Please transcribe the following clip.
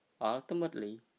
ultimately